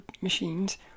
machines